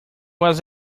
was